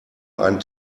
ein